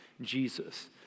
Jesus